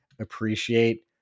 appreciate